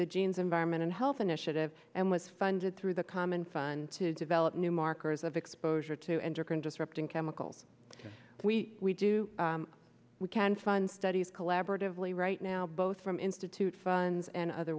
the genes environment and health initiative and was funded through the common fund to develop new markers of exposure to enter can disrupt and chemical we do we can find studies collaborative right now both from institute funds and other